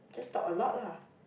just talk a lot lah